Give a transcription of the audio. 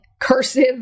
cursive